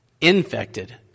infected